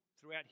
throughout